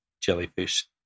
jellyfish